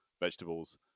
vegetables